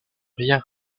rien